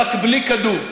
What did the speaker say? רק בלי כדור.